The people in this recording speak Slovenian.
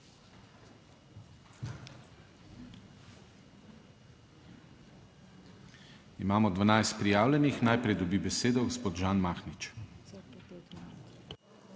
Imamo 12 prijavljenih. Najprej dobi besedo gospod Žan Mahnič.